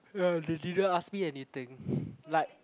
uh ya they didn't ask me anything like